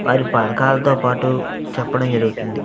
వారి పథకాలతో పాటూ చెప్పడం జరుగుతుంది